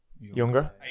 Younger